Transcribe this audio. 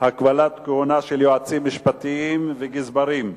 (הגבלת כהונה של יועצים משפטיים וגזברים)